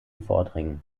vordringen